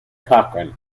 cochran